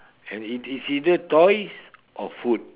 and it is either toys or food